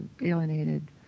alienated